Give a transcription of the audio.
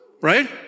right